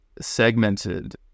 segmented